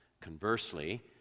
Conversely